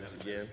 again